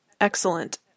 excellent